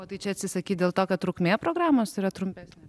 o tai čia atsisakyt dėl to kad trukmė programos yra trumpesnė